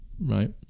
Right